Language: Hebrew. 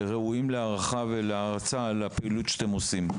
ראויים להערכה ולהערצה על הפעילות שאתם עושים.